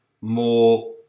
more